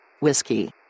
Whiskey